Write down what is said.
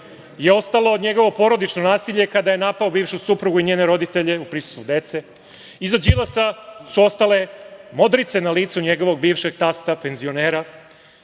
je ostalo njegovo porodično nasilje kada je napao bivšu suprugu i njene roditelje u prisustvu dece. Iza Đilasa su ostale modrice na licu njegovog bivšeg tasta, penzionera.